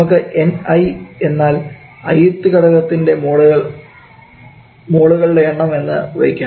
നമുക്ക് ni എന്നാൽ ith ഘടകത്തിൻറെ മോളുകളുടെ എണ്ണം എന്ന് വയ്ക്കാം